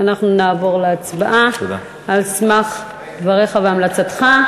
אנחנו נעבור להצבעה על סמך דבריך והמלצתך.